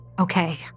okay